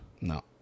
No